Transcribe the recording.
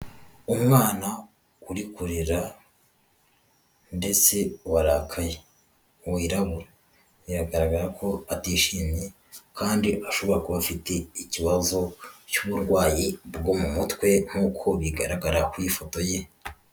Umwana uri kurira ndetse warakaye wirabura. Biragaragara ko atishimye kandi ashobora kuba afite ikibazo cy'uburwayi bwo mu mutwe nkuko bigaragara ku ifoto ye.